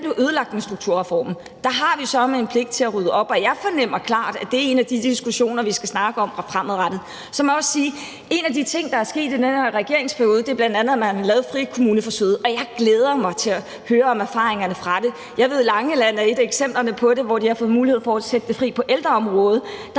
blev ødelagt med strukturreformen. Der har vi søreme en pligt til at rydde op, og jeg fornemmer klart, at det er en af de diskussioner, vi skal have fremadrettet. Så må jeg også sige, at en af de ting, der er sket i den her regeringsperiode, er, at man har lavet frikommuneforsøget, og jeg glæder mig til at høre om erfaringerne fra det. Jeg ved, at Langeland er et af de steder, hvor de har fået mulighed for at sætte det fri på ældreområdet.